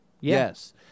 Yes